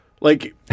like-